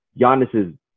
Giannis